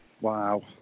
Wow